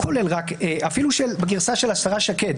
אפילו בגרסה של השרה שקד,